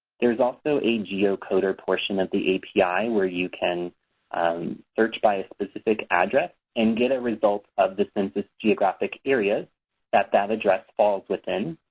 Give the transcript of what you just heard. there's also a geocoder portion of the api where you can search by a specific address and get a result of the census geographic areas that that address falls within.